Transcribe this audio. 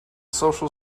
social